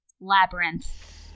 Labyrinth